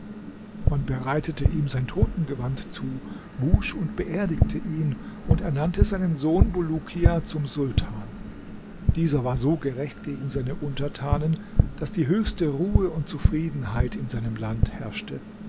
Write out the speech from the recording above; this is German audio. man bereitete ihm sein totengewand zu wusch und beerdigte ihn und ernannte seinen sohn bulukia zum sultan dieser war so gerecht gegen seine untertanen daß die höchste ruhe und zufriedenheit in seinem land herrschte